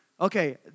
Okay